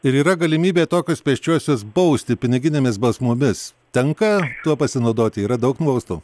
ir yra galimybė tokius pėsčiuosius bausti piniginėmis basmomis tenka tuo pasinaudoti yra daug mostų